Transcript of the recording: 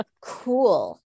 Cool